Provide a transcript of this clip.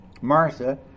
Martha